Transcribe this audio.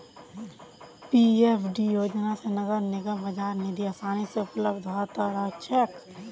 PFDP योजना स नगर निगमक बाजार निधि आसानी स उपलब्ध ह त रह छेक